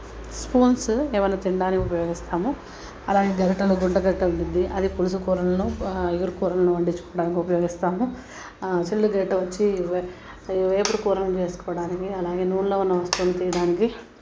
spoons ఏమన్నా తినడానికి ఉపయోగిస్తాము అలాగే గెరిటలు గుంట గెరిటలు దుద్దీ అది పులుసు కూరలను ఇగురు కూరలను వండుకోవడానికి ఉపయోగిస్తాము చిల్లు గెరిట వచ్చి వేపుడు కూరలని చేసుకోవడానికి అలాగే నూనెలో ఉన్న వస్తువులని తీయడానికి